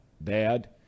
bad